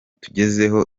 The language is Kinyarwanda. tugezeho